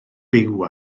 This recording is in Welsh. byw